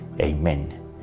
Amen